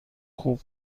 خوب